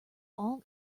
all